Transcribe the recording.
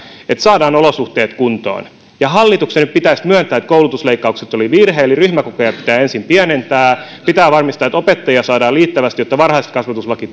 että saadaan olosuhteet kuntoon ja hallituksen pitäisi myöntää että koulutusleikkaukset olivat virhe eli ryhmäkokoja pitää ensin pienentää pitää varmistaa että opettajia saadaan riittävästi jotta varhaiskasvatuslaki